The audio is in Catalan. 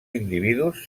individus